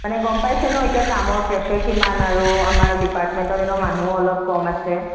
মানে গম পাইছে ন এতিয়া কামৰ প্ৰেছাৰ কিমান আৰু আমাৰ ডিপাৰ্টমেণ্টত এনেও মানুহ অলপ কম আছে